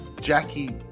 Jackie